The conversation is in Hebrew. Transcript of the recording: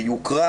ביוקרה